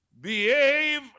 behave